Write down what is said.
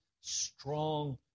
strong